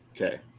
Okay